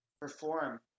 perform